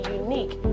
unique